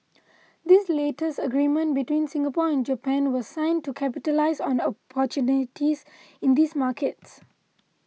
this latest agreement between Singapore and Japan was signed to capitalise on opportunities in these markets